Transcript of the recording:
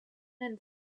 and